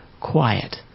quiet